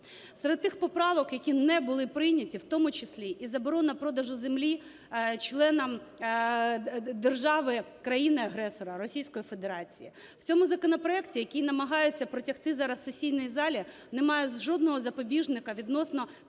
Серед тих поправок, які не були прийняті, в тому числі і заборона продажу землі членам держави-країни агресора Російської Федерації. В цьому законопроекті, який намагаються протягти зараз в сесійній залі, немає жодного запобіжника відносно